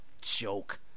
Joke